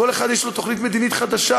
כל אחד יש לו תוכנית מדינית חדשה,